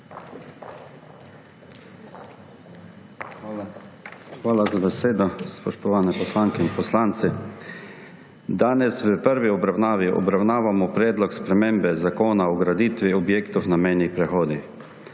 Hvala za besedo. Spoštovane poslanke in poslanci! Danes v prvi obravnavi obravnavamo predlog spremembe Zakona o graditvi objektov na mejnih prehodih.